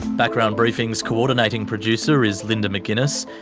background briefing's co-ordinating producer is linda mcginness,